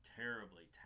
terribly